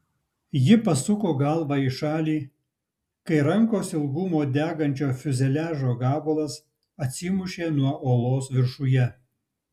ji pasuko galvą į šalį kai rankos ilgumo degančio fiuzeliažo gabalas atsimušė nuo uolos viršuje